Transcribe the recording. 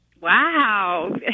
Wow